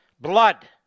blood